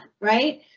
right